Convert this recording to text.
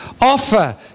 offer